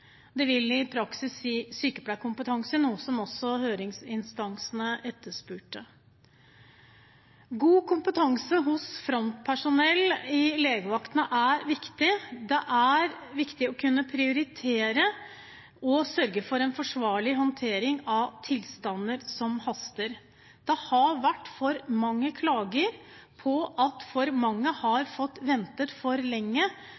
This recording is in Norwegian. Det vil i praksis si sykepleierkompetanse, noe som også høringsinstansene etterspurte. God kompetanse hos frontpersonell i legevaktene er viktig. Det er viktig å kunne prioritere og sørge for en forsvarlig håndtering av tilstander som haster. Det har vært for mange klager på at for mange har fått vente for lenge,